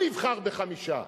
שנבחר בחמישה.